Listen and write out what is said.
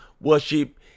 worship